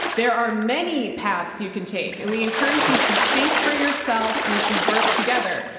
there are many paths you can take, and we encourage you to think for yourself and to work together.